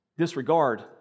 disregard